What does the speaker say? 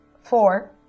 Four